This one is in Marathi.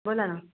बोला ना